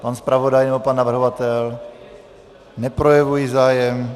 Pan zpravodaj, ani pan navrhovatel neprojevují zájem.